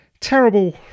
terrible